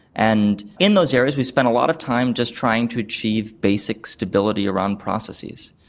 and in those areas we spend a lot of time just trying to achieve basic stability around processes.